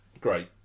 Great